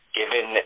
given